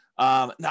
Now